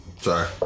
Sorry